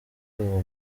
uwo